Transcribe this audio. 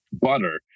butter